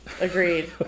Agreed